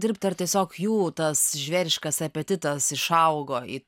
dirbt ar tiesiog jų tas žvėriškas apetitas išaugo į